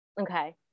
Okay